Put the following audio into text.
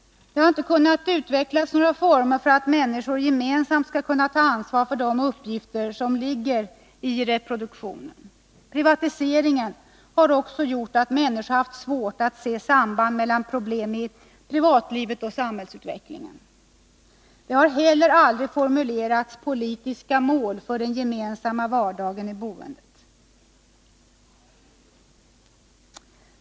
Det har inte kunnat utvecklas några former för att människor gemensamt skall kunna ta ansvar för de uppgifter som ligger i reproduktionen. Privatiseringen har också gjort att människor har haft svårt att se samband mellan problem i privatlivet och i samhällsutvecklingen. Det har heller aldrig formulerats politiska mål för den gemensamma vardagen i boendet.